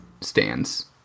stands